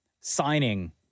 signing